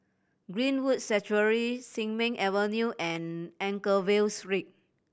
Greenwood Sanctuary Sin Ming Avenue and Anchorvale Street